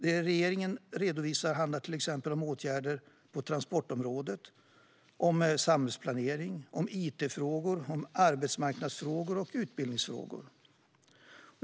Det regeringen redovisar handlar till exempel om åtgärder på transportområdet, om samhällsplanering, om it-frågor, om arbetsmarknadsfrågor och om utbildningsfrågor.